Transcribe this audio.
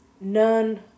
none